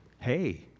Hey